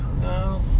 No